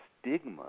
stigma